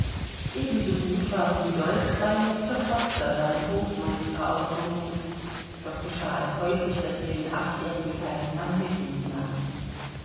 ebensogut war rudolf bei mr foster seinem hofmeister aufgehoben doch geschah es häufig daß wir den achtjährigen kleinen mann mit uns nahmen